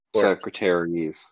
secretaries